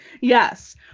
Yes